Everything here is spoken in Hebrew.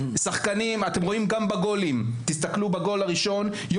אתם רואים איך בגול הראשון הקהל